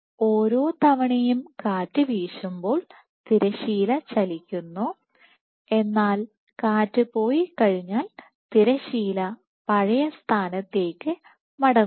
ഓരോ തവണയും കാറ്റുവീശുമ്പോൾ തിരശ്ശീല ചലിക്കുന്നു എന്നാൽ കാറ്റ് പോയിക്കഴിഞ്ഞാൽ തിരശ്ശീല പഴയ സ്ഥാനത്തേക്ക് മടങ്ങുന്നു